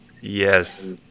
Yes